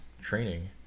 training